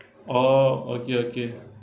orh okay okay